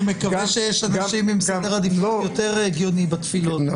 אני מקווה שיש אנשים עם סדר עדיפות יותר הגיוני בתפילות.